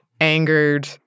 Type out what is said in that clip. angered—